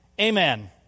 Amen